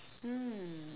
mm